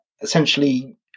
essentially